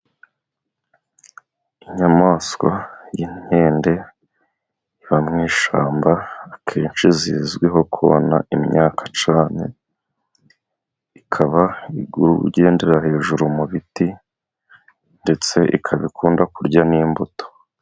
Inyamaswa y'inkende, iba mu ishyamba, akenshi zizwiho kona imyaka cyane, ikaba igendera hejuru mu biti, ndetse ikaba ikunda kurya n'imbuto.